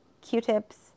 q-tips